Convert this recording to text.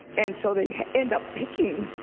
and so they end up picking